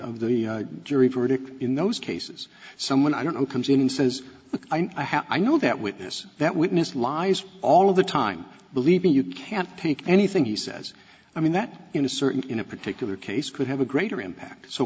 jury verdict in those cases someone i don't know comes in and says i know that witness that witness lies all of the time believe me you can't take anything he says i mean that in a certain in a particular case could have a greater impact so